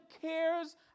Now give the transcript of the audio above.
cares